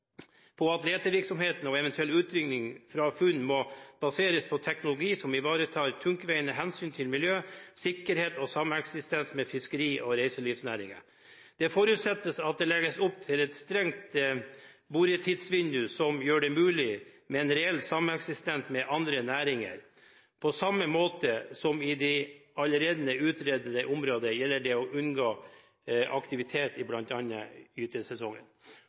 på at letevirksomhet og eventuell utvinning fra funn må baseres på teknologi som ivaretar tungtveiende hensyn til miljø, sikkerhet og sameksistens med fiskeri- og reiselivsnæringen. Det forutsettes at det legges opp til et strengt boretidsvindu som gjør det mulig med en reell sameksistens med andre næringer. På samme måte som i de allerede utredete områdene gjelder det å unngå aktivitet i